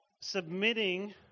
submitting